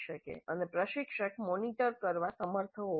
અને પ્રશિક્ષક મોનિટર કરવામાં સમર્થ હોવા જોઈએ